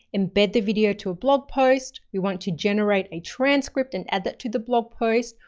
embed the video to a blog post, we want to generate a transcript and add that to the blog post.